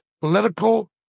political